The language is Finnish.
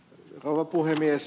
rouva puhemies